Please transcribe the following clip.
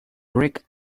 rich